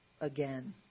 again